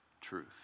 truth